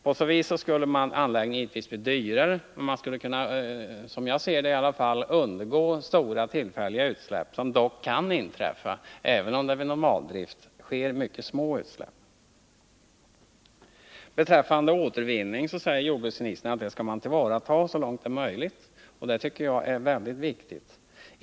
På så sätt skulle anläggningen givetvis bli dyrare, men man skulle i alla fall undgå stora tillfälliga utsläpp. Sådana kan inträffa, även om de utsläpp som sker vid normaldrift är mycket små. Beträffande återvinning säger jordbruksministern att avfallet skall tillvaratas så långt det är möjligt, och det tycker jag är väldigt viktigt.